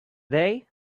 day